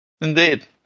Indeed